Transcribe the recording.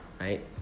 Right